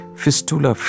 fistula